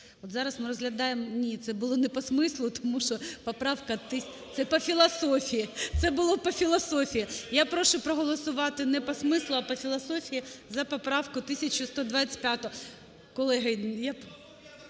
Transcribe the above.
зараз ми розглядаємо… Ні, це було не по смислу, тому що… поправка… (Шум у залі) Це по філософії. Це було по філософії. Я прошу проголосувати не по смислу, а по філософії за поправку 1125.